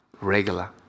regular